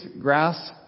grass